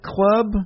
Club